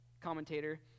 commentator